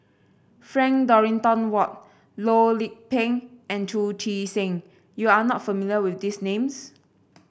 Frank Dorrington Ward Loh Lik Peng and Chu Chee Seng you are not familiar with these names